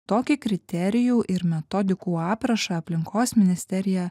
tokį kriterijų ir metodikų aprašą aplinkos ministerija